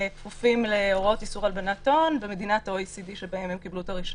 כפופים להוראות איסור הלבנת הון במדינת OECD שבה הם קיבלו את הרישיון.